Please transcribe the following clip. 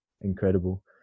incredible